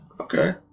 Okay